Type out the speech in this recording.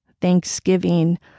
Thanksgiving